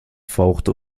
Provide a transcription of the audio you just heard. fauchte